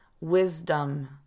wisdom